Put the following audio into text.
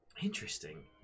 Interesting